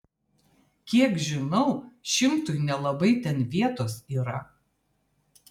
kiek žinau šimtui nelabai ten vietos yra